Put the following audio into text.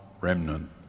remnant